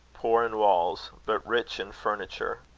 poor in walls, but rich in furniture.